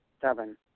Seven